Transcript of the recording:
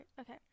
Okay